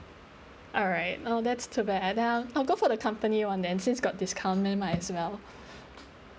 alright oh that's too bad then I'll go for the company one then since got discount then might as well